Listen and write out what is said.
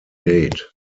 date